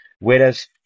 Whereas